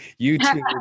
youtube